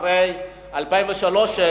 אחרי 2003,